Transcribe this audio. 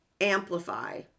amplify